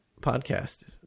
podcast